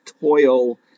toil